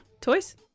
toys